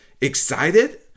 excited